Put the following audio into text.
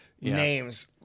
names